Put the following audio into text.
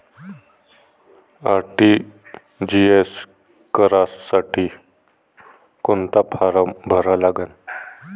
RTGS करासाठी कोंता form भरा लागन?